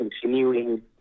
continuing